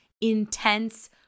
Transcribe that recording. intense